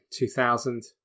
2000